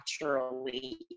naturally